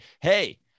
hey